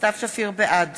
בעד